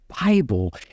Bible